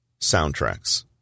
Soundtracks